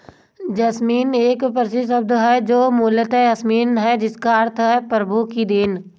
jasmine एक पारसी शब्द है जो मूलतः यासमीन है जिसका अर्थ है प्रभु की देन